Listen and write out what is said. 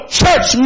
church